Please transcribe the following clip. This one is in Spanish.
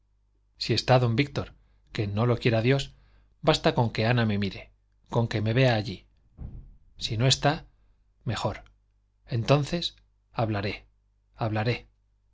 si está don víctor que no lo quiera dios basta con que ana me mire con que me vea allí si no está mejor entonces hablaré hablaré